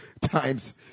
times